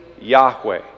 Yahweh